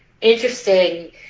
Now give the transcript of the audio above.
interesting